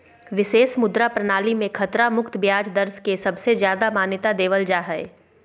विशेष मुद्रा प्रणाली मे खतरा मुक्त ब्याज दर के सबसे ज्यादा मान्यता देवल जा हय